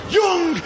young